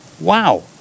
wow